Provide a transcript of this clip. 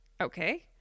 Okay